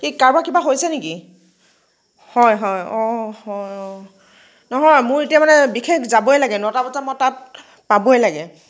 কি কাৰোবাৰ কিবা হৈছে নেকি হয় হয় অ' হয় অ' নহয় মোৰ এতিয়া মানে বিশেষ যাবই লাগে নটা বজাত মই তাত পাবই লাগে